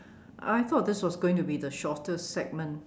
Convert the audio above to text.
I thought this was going to be the shortest segment